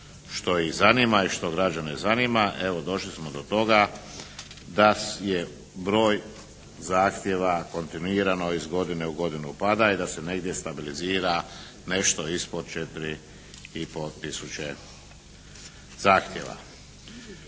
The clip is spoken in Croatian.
što ih zanima i što građane zanima, evo došli smo do toga da je broj zahtjeva kontinuirano iz godine u godinu pada i da se negdje stabilizira nešto ispod 4,5 tisuće zahtjeva.